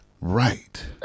Right